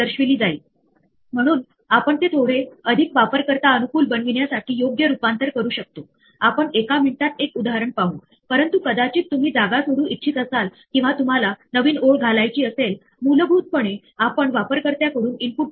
दुसरीकडे लिस्टच्या मर्यादेबाहेर अनुक्रमणिका तयार केली जात असेल तर आपल्या प्रोग्राम मध्ये कदाचित एखादी एरर आहे आणि आपण ही व्हॅल्यू प्रिंट करू इच्छितो अनुक्रमणिका ची व्हॅल्यू आपल्या प्रोग्राम मध्ये काय चूक झाली आहे हे शोधण्याचा प्रयत्न करते